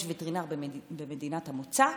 יש וטרינר במדינת המוצא,